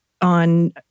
on